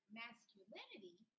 masculinity